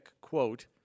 quote